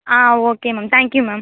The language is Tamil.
ah okay ma'am thank you ma'am